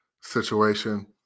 situation